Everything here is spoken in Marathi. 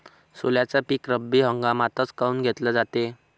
सोल्याचं पीक रब्बी हंगामातच काऊन घेतलं जाते?